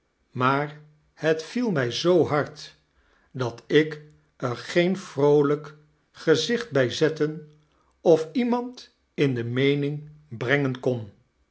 maar het viel mij zoo hard dat ik er geen vroolijk gezicht bij zetten of iemand in de meening brengen kon